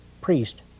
priest